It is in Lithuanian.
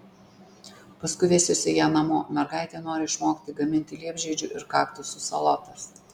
paskui vesiuosi ją namo mergaitė nori išmokti gaminti liepžiedžių ir kaktusų salotas